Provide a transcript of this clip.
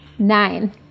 Nine